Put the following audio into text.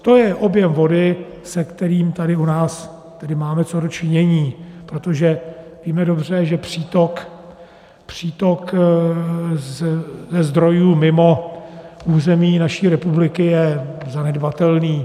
To je objem vody, se kterým tady u nás tedy máme co do činění, protože víme dobře, že přítok ze zdrojů mimo území naší republiky je zanedbatelný.